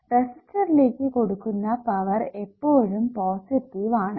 റെസിസ്റ്ററിലേക്ക് കൊടുക്കുന്ന പവർ എപ്പോഴും പോസിറ്റീവ് ആണ്